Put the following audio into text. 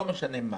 לא משנה.